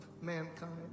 mankind